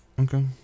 Okay